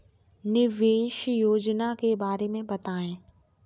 निवेश योजना के बारे में बताएँ?